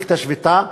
את השביתה.